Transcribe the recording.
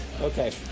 Okay